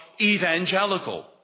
evangelical